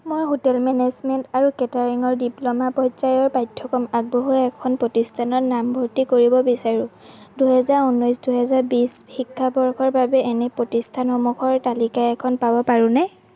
মই hotel management আৰু কেটাৰিঙৰ ডিপ্ল'মা পৰ্যায়ৰ পাঠ্যক্ৰম আগবঢ়োৱা এখন প্ৰতিষ্ঠানত নামভৰ্তি কৰিব বিচাৰোঁ দুহেজাৰ ঊনৈছ দুহেজাৰ বিশ শিক্ষা বৰ্ষৰ বাবে এনে প্ৰতিষ্ঠানসমূহৰ তালিকা এখন পাব পাৰোঁনে